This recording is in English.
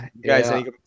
Guys